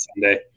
Sunday